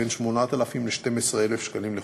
בין 8,000 ל-12,000 שקלים לחודש.